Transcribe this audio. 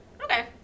Okay